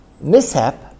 mishap